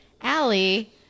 Allie